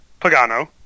Pagano